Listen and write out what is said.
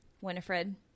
Winifred